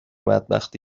بدبختی